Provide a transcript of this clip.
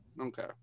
Okay